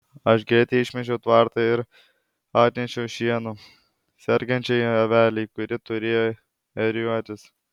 aš greitai išmėžiau tvartą ir atnešiau šieno sergančiai avelei kuri turėjo ėriuotis